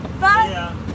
bye